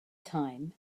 time